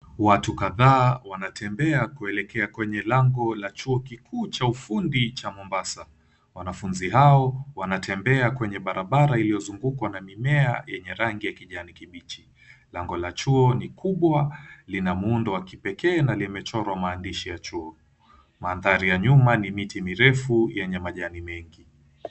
Watu kadhaa wanatembea kuelekea kwenye lango la Chuo Kikuu cha Ufundi cha Mombasa. Wanafunzi hao wanatembea kwenye barabara iliyozungukwa na mimea yenye rangi ya kijani kibichi. Lango la chuo ni kubwa, lina muundo wa kipekee, na limechorwa maandishi ya chuo. Maandhari ya nyuma ni miti mirefu yenye majani mengi.